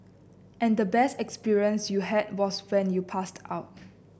and the best experience you had was when you passed out